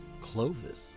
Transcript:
Clovis